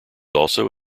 also